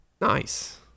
Nice